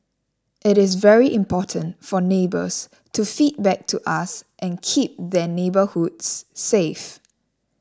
it is very important for neighbours to feedback to us and keep their neighbourhoods safe